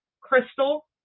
crystal